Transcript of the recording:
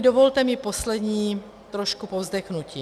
Dovolte mi poslední trošku povzdechnutí.